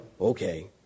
okay